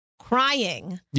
crying